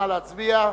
נא להצביע.